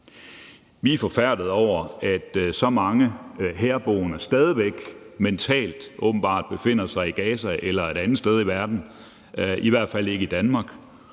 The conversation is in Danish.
Vi er forfærdede over, at så mange herboende stadig væk mentalt, åbenbart, befinder sig i Gaza eller et andet sted i verden – i hvert fald ikke i Danmark